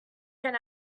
can